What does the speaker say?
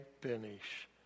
finish